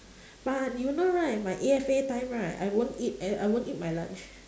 but you know right my A_F_A time right I won't eat a~ I won't eat my lunch